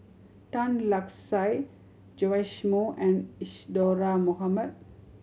Tan Lark Sye Joash Moo and Isadhora Mohamed